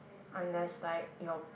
unless like your